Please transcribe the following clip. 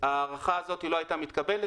וההארכה הזאת לא הייתה מתקבלת,